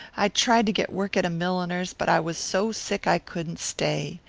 i tried to get work at a milliner's, but i was so sick i couldn't stay.